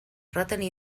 retenir